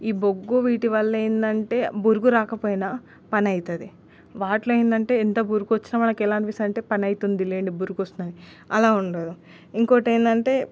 ఈ బొగ్గు వీటివళ్లేందంటే బురుగురాకపోయిన పనయితది వాటిలో ఏందంటే ఎంత బురుకొచ్చిన మనకెలా అనిపిస్తదంటే పనయితుందిలే బురుకొస్తుందని అలా ఉండదు ఇంకోటేందంటే